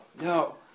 no